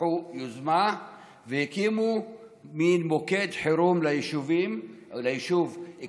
לקחו יוזמה והקימו מין מוקד חירום ליישוב אכסאל,